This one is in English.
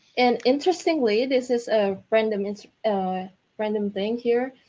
and interestingly this is ah random is random thing here,